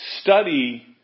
Study